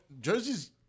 Jersey's